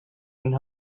den